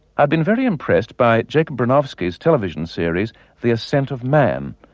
i'd been very impressed by jacob bronowski's television series the ascent of man.